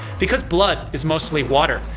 because blood is mostly water,